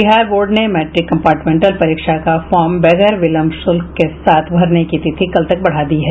Bihar board ने matric compartmental परीक्षा का फार्म बगैर विलंब शुल्क के साथ भरने की तिथि कल तक बढ़ा दी है